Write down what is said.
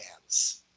hands